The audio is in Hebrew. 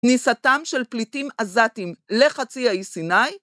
כניסתם של פליטים עזתיים לחצי האי סיני